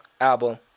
album